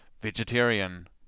vegetarian